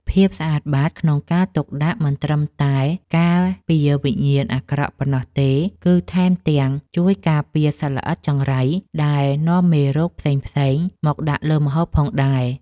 ភាពស្អាតបាតក្នុងការទុកដាក់មិនត្រឹមតែការពារវិញ្ញាណអាក្រក់ប៉ុណ្ណោះទេ គឺ ថែមទាំងជួយការពារសត្វល្អិតចង្រៃដែលនាំមេរោគផ្សេងៗមកដាក់លើម្ហូបផងដែរ។